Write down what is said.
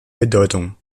bedeutung